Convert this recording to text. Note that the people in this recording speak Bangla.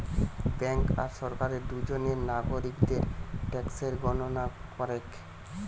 বেঙ্ক আর সরকার দুজনেই নাগরিকদের ট্যাক্সের গণনা করেক